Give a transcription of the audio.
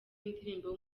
w’indirimbo